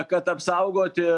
kad apsaugoti